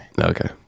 Okay